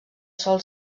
sol